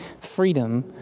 freedom